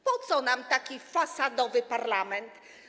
Po co nam taki fasadowy parlament?